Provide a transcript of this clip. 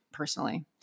personally